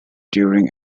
during